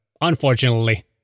unfortunately